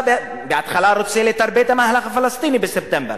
בהתחלה הוא רוצה לטרפד את המהלך הפלסטיני בספטמבר,